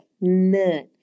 None